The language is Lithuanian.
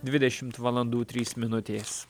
dvidešimt valandų trys minutės